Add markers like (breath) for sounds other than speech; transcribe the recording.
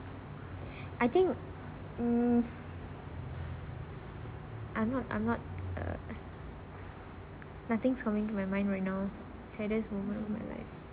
(breath) I think mm I'm I'm not err nothing coming to my mind right now saddest moment in my life